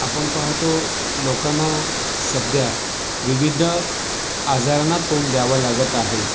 आपण पाहतो लोकांना सध्या विविध आजारांना तोंड द्यावं लागत आहे